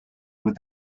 with